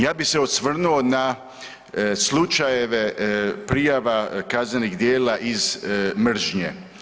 Ja bi se osvrnuo na slučajeve prijava kaznenih djela iz mržnje.